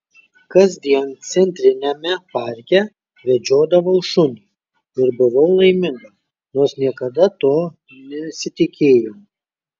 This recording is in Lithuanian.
kasdien centriniame parke vedžiodavau šunį ir buvau laiminga nors niekada to nesitikėjau